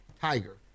tiger